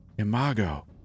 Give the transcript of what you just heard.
Imago